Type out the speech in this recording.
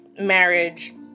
marriage